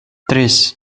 tres